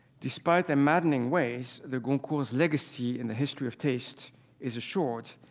despite their maddening ways, the goncourts legacy in the history of taste is assured.